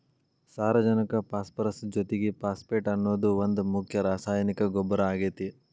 ಸಾರಜನಕ ಪಾಸ್ಪರಸ್ ಜೊತಿಗೆ ಫಾಸ್ಫೇಟ್ ಅನ್ನೋದು ಒಂದ್ ಮುಖ್ಯ ರಾಸಾಯನಿಕ ಗೊಬ್ಬರ ಆಗೇತಿ